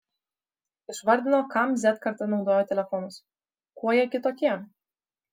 išvardino kam z karta naudoja telefonus kuo jie kitokie